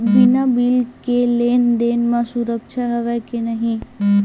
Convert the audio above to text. बिना बिल के लेन देन म सुरक्षा हवय के नहीं?